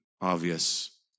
obvious